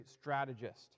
strategist